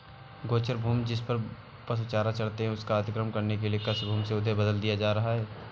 गोचर भूमि, जिसपर पशु चारा चरते हैं, उसका अतिक्रमण करके भी कृषिभूमि में उन्हें बदल दिया जा रहा है